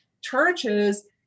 churches